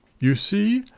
you see,